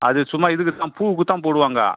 அது சும்மா இதுக்கு தான் பூவுக்கு தான் போடுவாங்க